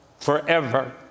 forever